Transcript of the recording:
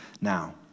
now